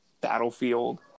battlefield